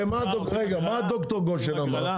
רגע הרי מה ד"ר גושן אמר?